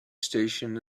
station